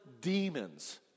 demons